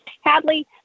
Hadley